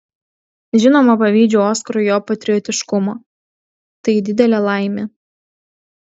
žinoma pavydžiu oskarui jo patriotiškumo tai didelė laimė